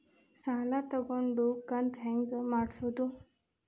ಸಾಲ ತಗೊಂಡು ಕಂತ ಹೆಂಗ್ ಮಾಡ್ಸೋದು?